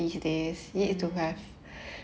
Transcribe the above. mm